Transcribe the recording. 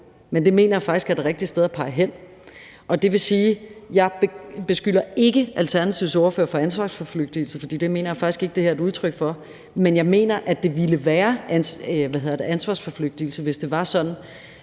men det mener jeg faktisk er det rigtige sted at pege hen. Det vil sige, at jeg ikke beskylder Alternativets ordfører for ansvarsforflygtigelse, for det mener jeg faktisk ikke at det her er et udtryk for, men jeg mener, at det ville være ansvarsforflygtigelse, hvis det var sådan,